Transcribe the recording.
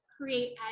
create